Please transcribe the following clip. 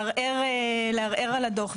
לערער על הדוח,